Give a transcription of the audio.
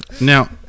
Now